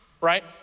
right